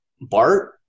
BART